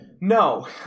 No